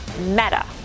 meta